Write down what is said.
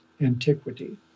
antiquity